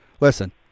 listen